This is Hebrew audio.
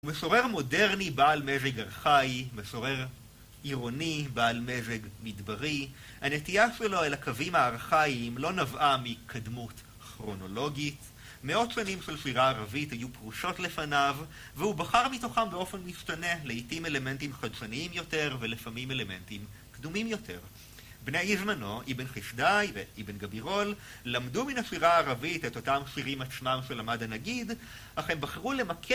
משורר מודרני, בעל מזג ארכאי, משורר עירוני, בעל מזג מדברי, הנטייה שלו אל הקווים הארכאיים לא נבעה מקדמות כרונולוגית. מאות שנים של שירה ערבית היו פרושות לפניו, והוא בחר מתוכם באופן משתנה לעיתים אלמנטים חדשניים יותר ולפעמים אלמנטים קדומים יותר. בני זמנו, אבן חסדאי ואבן גבירול, למדו מן השירה הערבית את אותם שירים עצמם של עמד הנגיד, אך הם בחרו למקד.